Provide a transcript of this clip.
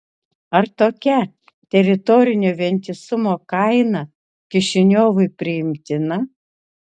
ar tokia teritorinio vientisumo kaina kišiniovui priimtina